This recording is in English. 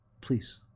please